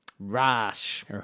Rash